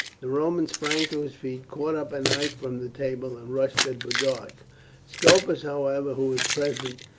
the roman sprang to his feet, caught up a knife from the table, and rushed at boduoc. scopus, however, who was present,